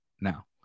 now